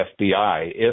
FBI